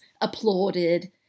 applauded